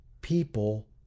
people